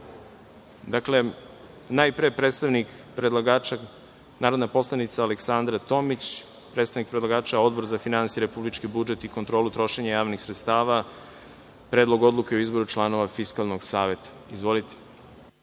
reč. Dakle, najpre predstavnik predlagača, narodna poslanica Aleksandra Tomić, Odbor za finansije, republički budžet i kontrolu trošenja javnih sredstava, Predlog odluke o izboru članova Fiskalnog saveta. Izvolite.